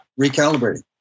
recalibrating